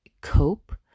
cope